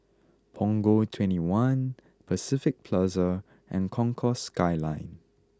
Punggol twenty one Pacific Plaza and Concourse Skyline